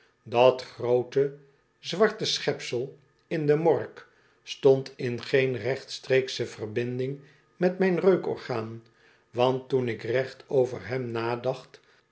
dat groote zwarte schepsel in de morgue stond in geen rechtstreeksche verbinding met myn reukorgaan want toen ik recht over hem nadacht